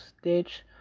stitch